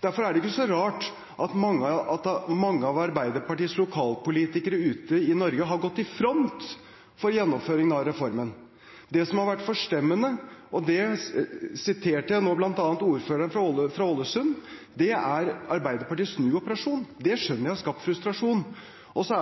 Derfor er det ikke så rart at mange av Arbeiderpartiets lokalpolitikere rundt om i Norge har gått i front for gjennomføring av reformen. Det som har vært forstemmende, og det siterte jeg nå bl.a. ordføreren fra Ålesund på, er Arbeiderpartiets snuoperasjon. Det skjønner jeg har skapt frustrasjon. Og jeg